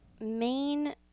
main